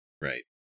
Right